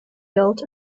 built